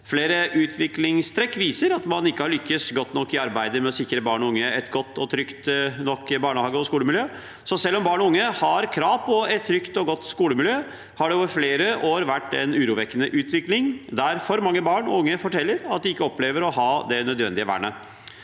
Flere utviklingstrekk viser at man ikke har lykkes godt nok i arbeidet med å sikre barn og unge et godt og trygt nok barnehage- og skolemiljø. Selv om barn og unge har krav på et trygt og godt skolemiljø, har det over flere år vært en urovekkende utvikling, der for mange barn og unge forteller at de ikke opplever å ha det nødvendige vernet.